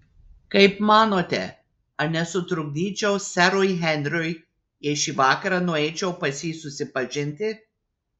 kaip manote ar nesutrukdyčiau serui henriui jei šį vakarą nueičiau pas jį susipažinti